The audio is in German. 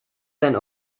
sein